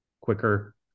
Quicker